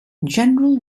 general